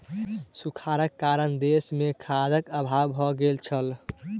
सूखाड़क कारणेँ देस मे खाद्यक अभाव भ गेल छल